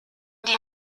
die